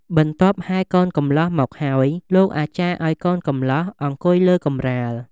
បន្ទាប់ហែរកូនកំលោះមកហើយ លោកអាចារ្យឲ្យកូនកំលោះអង្គុយលើកម្រាល។